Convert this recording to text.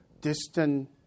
distant